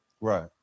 Right